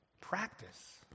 Practice